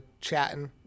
chatting